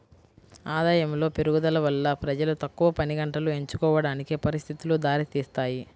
ఆదాయములో పెరుగుదల వల్ల ప్రజలు తక్కువ పనిగంటలు ఎంచుకోవడానికి పరిస్థితులు దారితీస్తాయి